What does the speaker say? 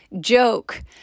joke